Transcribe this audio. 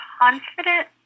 confident